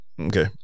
Okay